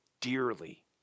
dearly